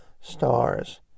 stars